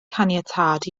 caniatâd